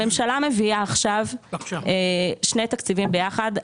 הממשלה מביאה עכשיו שני תקציבים ביחד,